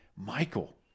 Michael